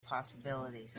possibilities